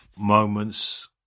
Moments